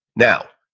now,